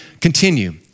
continue